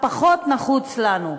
הפחות-נחוץ לנו פה.